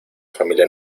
familia